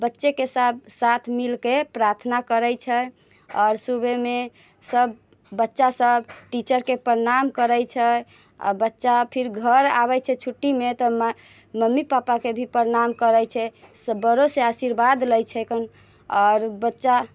बच्चेके साथ साथ मिल कऽ प्रार्थना करै छै आओर सुबहमे सभ बच्चासभ टीचरके प्रणाम करैत छै आ बच्चा फेर घर आबै छै छुट्टीमे तऽ मा मम्मी पप्पाके भी प्रणाम करै छै सब बड़ोंसँ आशीर्वाद लैत छैकन आओर बच्चा